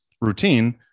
routine